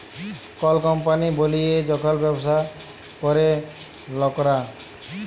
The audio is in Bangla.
কল কম্পলি বলিয়ে যখল ব্যবসা ক্যরে লকরা